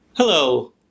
Hello